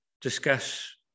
discuss